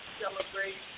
celebrate